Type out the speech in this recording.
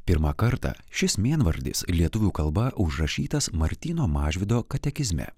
pirmą kartą šis mėnvardis lietuvių kalba užrašytas martyno mažvydo katekizme